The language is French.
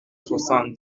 soixante